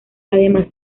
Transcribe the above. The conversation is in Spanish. además